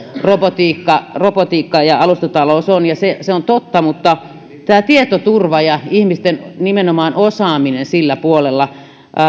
robotiikka robotiikka ja ja alustatalous on ja se se on totta mutta tämä tietoturva ja nimenomaan ihmisten osaaminen sillä puolella